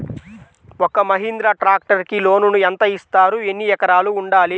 ఒక్క మహీంద్రా ట్రాక్టర్కి లోనును యెంత ఇస్తారు? ఎన్ని ఎకరాలు ఉండాలి?